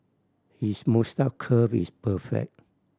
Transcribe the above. his moustache curl is perfect